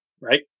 right